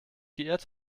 geirrt